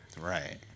right